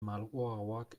malguagoak